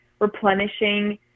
replenishing